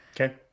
Okay